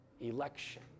Election